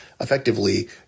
effectively